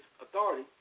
authority